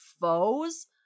foes